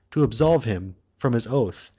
to absolve him from his oath,